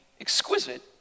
exquisite